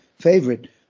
favorite